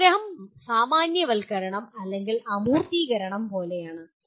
സംഗ്രഹം സാമാന്യവൽക്കരണം അല്ലെങ്കിൽ അമൂർത്തീകരണം പോലെയാണ്